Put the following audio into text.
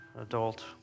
adult